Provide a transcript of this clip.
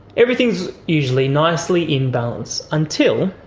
everything is usually nicely in balance, until